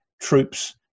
troops